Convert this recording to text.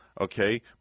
okay